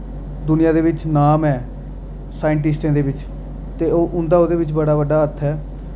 दुनिया दे बिच नां ऐ साइंटिस्टें दे बिच ते ओह् उं'दा उ'दे बिच बड़ा बड्डा हत्थ ऐ